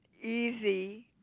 easy